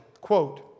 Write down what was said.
quote